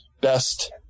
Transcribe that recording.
best